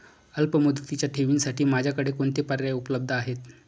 अल्पमुदतीच्या ठेवींसाठी माझ्याकडे कोणते पर्याय उपलब्ध आहेत?